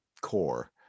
core